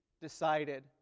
decided